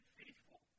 faithful